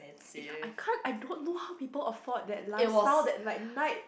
ya I can't I don't know how people afford that lifestyle that like night